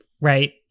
right